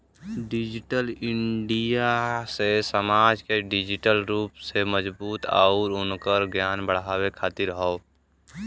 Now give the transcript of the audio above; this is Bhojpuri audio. डिजिटल इंडिया से समाज के डिजिटल रूप से मजबूत आउर उनकर ज्ञान बढ़ावे खातिर हौ